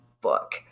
book